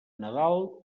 nadal